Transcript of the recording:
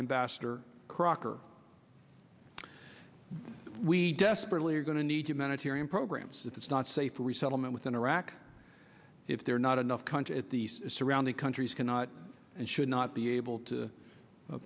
investor crocker we desperately are going to need humanitarian programs if it's not safe for resettlement within iraq if there are not enough country at the surrounding countries cannot and should not be able to